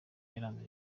yaranze